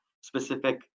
specific